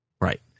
Right